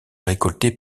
récolter